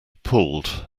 pulled